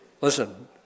Listen